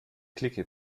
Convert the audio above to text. clique